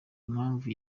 impamvu